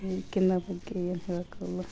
ಇದ್ಕಿಂತ ಬಗ್ಗೆ ಏನು ಹೇಳಕ್ಕು